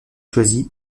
choisi